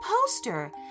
poster